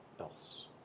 else